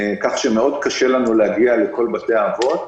כך שקשה לנו מאוד להגיע לכל בתי האבות.